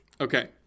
Okay